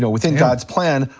you know within god's plan,